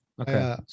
okay